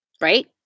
Right